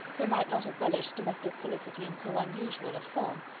who might not have relished domestic felicity in so unusual a form,